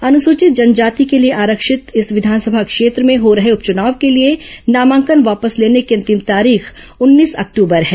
अनुसूचित जनजाति के लिए आरक्षित इस विधानसभा क्षेत्र में हो रहे उपचुनाव के लिए नामांकन वापस लेने की अंतिम तारीख उन्नीस अक्टूबर है